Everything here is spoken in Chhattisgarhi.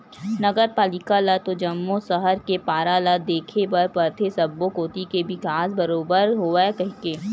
नगर पालिका ल तो जम्मो सहर के पारा ल देखे बर परथे सब्बो कोती के बिकास बरोबर होवय कहिके